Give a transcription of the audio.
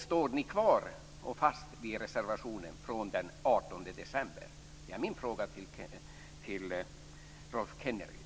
Står ni fast vid reservationen från den 18 december? Det är min fråga till Rolf Kenneryd.